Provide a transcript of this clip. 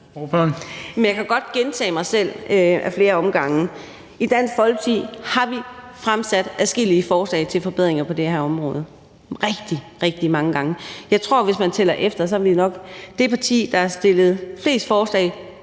Men jeg kan godt gentage mig selv af flere omgange. I Dansk Folkeparti har vi fremsat adskillige forslag til forbedringer på det her område, altså rigtig, rigtig, mange gange. Jeg tror, at vi, hvis man tæller efter, nok er det parti, der har stillet flest forslag